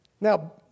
Now